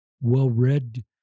well-read